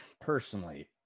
personally